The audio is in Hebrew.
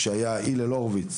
כשהיה הלל הורוביץ.